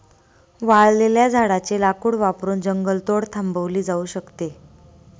वाळलेल्या झाडाचे लाकूड वापरून जंगलतोड थांबवली जाऊ शकते